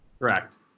Correct